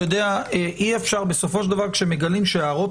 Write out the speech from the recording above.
אתה יודע אי אפשר בסופו של דבר כשמגלים שהערות